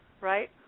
right